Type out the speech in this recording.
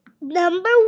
Number